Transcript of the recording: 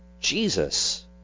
Jesus